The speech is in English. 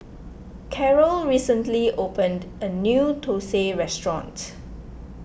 Carrol recently opened a new Thosai restaurant